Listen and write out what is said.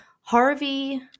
Harvey